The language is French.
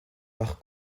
par